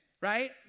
right